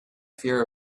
fear